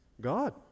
God